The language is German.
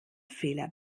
fehler